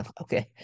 okay